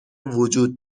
وجود